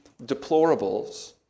deplorables